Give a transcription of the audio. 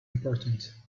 important